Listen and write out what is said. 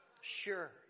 sure